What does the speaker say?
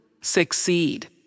Succeed